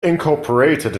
incorporated